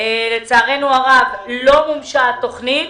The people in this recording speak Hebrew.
לצערנו הרב לא מומשה התוכנית